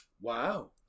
Wow